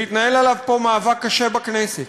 והתנהל עליו מאבק קשה פה בכנסת,